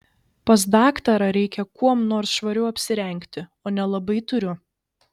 pas daktarą reikia kuom nors švariau apsirengti o nelabai turiu